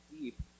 deep